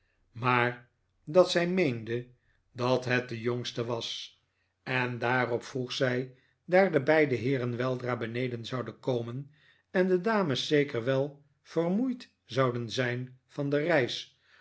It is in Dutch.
maar dat zij meende dat het de jongste was en daarop vroeg zij daar de heeren weldra beneden zouden komen en de dames zeker wel vermoeid zouden zijn van de reis